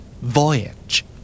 voyage